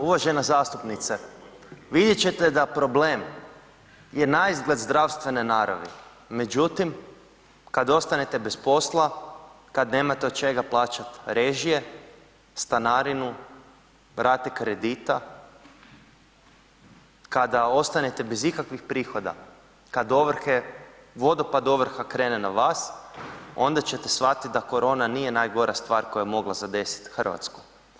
Ma, uvažena zastupnice, vidjet ćete na problem je naizgled zdravstvene naravi međutim kad ostanete bez posla, kad nemate od čega plaćati režije, stanarinu, rate kredita, kada ostane bez ikakvih prihoda, kad ovrhe, vodopad ovrha krene na vas, onda ćete shvatit da korona nije najgora stvar koja je mogla zadesit Hrvatsku.